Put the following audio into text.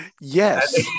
Yes